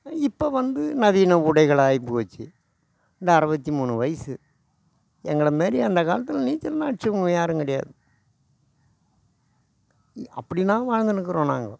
இப்போ வந்து நவீன உடைகள் ஆகிப்போச்சி இந்த அறுபத்தி மூணு வயசு எங்களை மாரி அந்த காலத்தில் நீச்சலெலாம் அடித்தவங்க யாரும் கிடையாது இ அப்படின்னா வாழ்ந்துணுக்கறோம் நாங்கள்